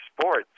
sports